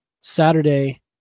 Saturday